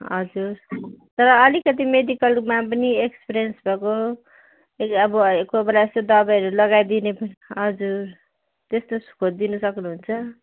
हजुर तर अलिकति मेडिकलमा पनि एक्सपिरियन्स भएको अब कोही बेला यसो दबाईहरू लगाइदिने पनि हजुर त्यस्तो खोजिदिनु सक्नुहुन्छ